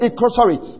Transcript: Sorry